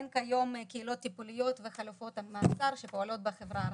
אין כיום קהילות טיפוליות וחלופות מעצר שפועלות בחברה הערבית.